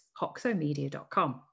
hoxomedia.com